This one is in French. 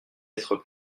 être